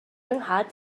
nhad